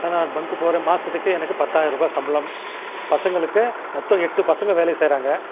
sir நான் bunk போகிறேன் மாதத்துக்கு எனக்கு பத்தாயரரூபா சம்பளம் பசங்களுக்கு மொத்தம் எட்டு பசங்கள் வேலை செய்கிறாங்க